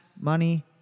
Money